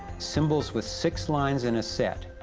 symbols with six lines in a set,